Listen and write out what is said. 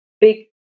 big